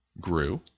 grew